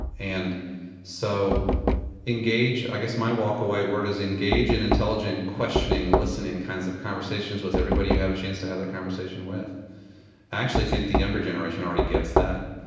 and so engage i guess my walk-away word is engage in intelligent questioning, listening kinds of conversations with everybody you have a chance to have that conversation with. i actually think the younger generation already gets that.